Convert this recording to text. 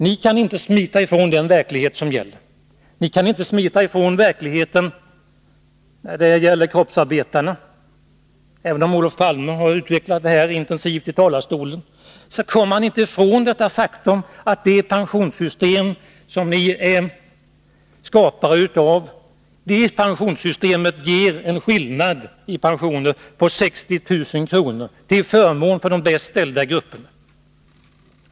Ni kan inte smita ifrån den verklighet som gäller. Ni kan inte göra det när det gäller kroppsarbetarna. Även om Olof Palme har utvecklat den frågan intensivt från denna talarstol, kommer han inte ifrån det faktum att det pensionssystem som ni är skapare av ger en skillnad i pensioner på 60 000 kr. till förmån för de bäst ställda grupperna.